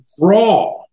raw